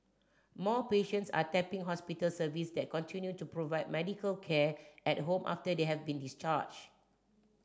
more patients are tapping hospital service that continue to provide medical care at home after they have been discharged